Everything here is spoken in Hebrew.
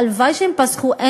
הלוואי שהיו פוסחות.